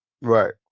Right